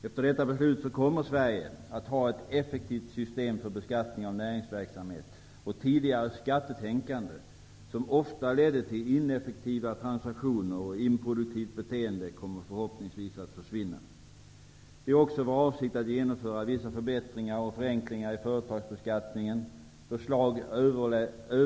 Efter detta beslut kommer Sverige att ha ett effektivt system för beskattning av näringsverksamhet. Tidigare skattetänkande, som ofta ledde till ineffektiva transaktioner och ett improduktivt beteende, kommer förhoppningsvis att försvinna. Det är också vår avsikt att genomföra vissa förbättringar och förenklingar i företagsbeskattningen. Förslag övervägs.